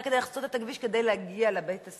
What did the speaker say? כדי לחצות את הכביש כדי להגיע לבית-הספר.